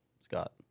Scott